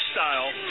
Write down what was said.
Style